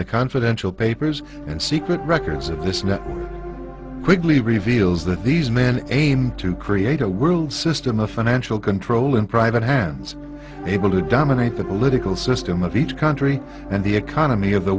the confidential papers and secret records of this network quickly reveals that these men aim to create a world system of financial control in private hands able to dominate the political system of each country and the economy of the